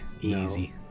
Easy